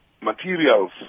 materials